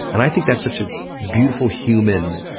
and i think that's such a beautiful human